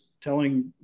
telling